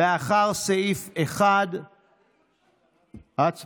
אחרי סעיף 1. הצבעה.